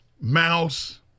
Mouse